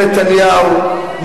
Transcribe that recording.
נתניהו,